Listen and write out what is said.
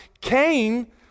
Cain